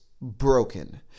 broken